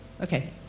Okay